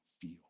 feel